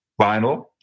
vinyl